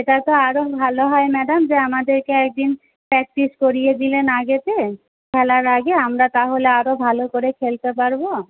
সেটা তো আরও ভালো হয় ম্যাডাম যে আমাদেরকে একদিন প্র্যাক্টিস করিয়ে দিলেন আগেতে আমরা তাহলে আরও ভালো করে খেলতে পারব